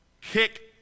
kick